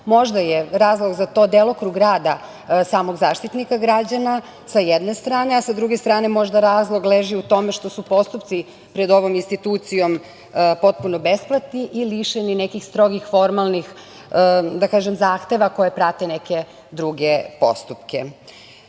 Možda je razlog za to delokrug rada samog Zaštitnika građana, sa jedne strane, a sa druge strane, možda razlog leži u tome što su postupci pred ovom institucijom potpuno besplatni i lišeni nekih strogih formalnih, da kažem, zahteva koje prate neke druge postupke. Sa